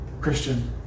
Christian